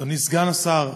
אדוני סגן השר,